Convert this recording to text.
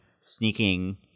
sneaking